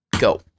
go